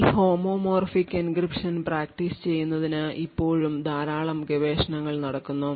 ഈ homomorphic encryption practice ചെയ്യുന്നതിന് ഇപ്പോഴും ധാരാളം ഗവേഷണങ്ങൾ നടക്കുന്നു